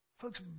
Folks